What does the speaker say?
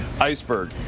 Iceberg